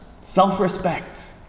self-respect